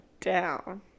down